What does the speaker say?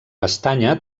pestanya